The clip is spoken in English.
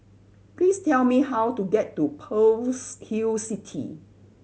please tell me how to get to Pearl's Hill City